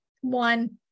one